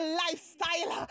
lifestyle